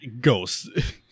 ghosts